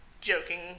joking